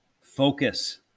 focus